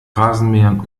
rasenmähern